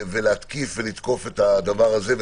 להתקיף ולתקוף את הדבר הזה.